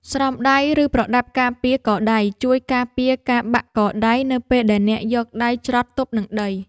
ស្រោមដៃ ឬប្រដាប់ការពារកដៃ ជួយការពារការបាក់កដៃនៅពេលដែលអ្នកយកដៃជ្រត់ទប់នឹងដី។